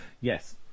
yes